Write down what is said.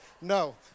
no